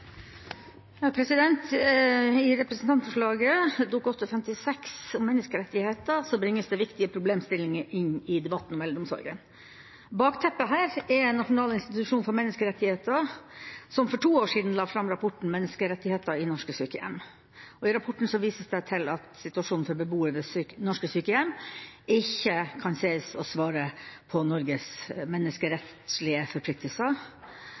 I representantforslaget, Dokument 8:56 S for 2016–2017 om menneskerettigheter, bringes viktige problemstillinger inn i debatten om eldreomsorgen. Bakteppet er at Nasjonal institusjon for menneskerettigheter for to år siden la fram rapporten Menneskerettigheter i norske sykehjem. I rapporten vises det til at situasjonen for beboere ved norske sykehjem ikke kan sies å svare på Norges menneskerettslige forpliktelser.